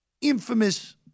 infamous